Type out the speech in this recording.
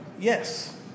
Yes